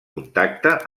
contacte